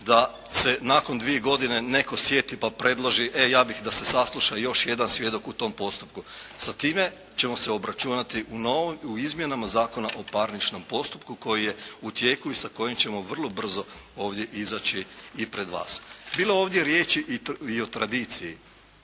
da se nakon dvije godine netko sjeti pa predloži e ja bih da se sasluša još jedan svjedok u tom postupku. Sa time ćemo se obračunati u izmjenama Zakona o parničnom postupku koji je u tijeku i sa kojim ćemo vrlo brzo ovdje izaći i pred vas. Bilo je ovdje riječi i o tradiciji,